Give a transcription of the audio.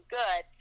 good